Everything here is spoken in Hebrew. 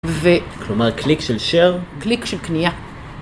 כלומר קליק של שייר. קליק של קנייה.